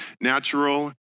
natural